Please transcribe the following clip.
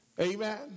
Amen